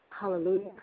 Hallelujah